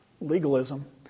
Legalism